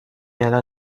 الان